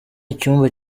icyumba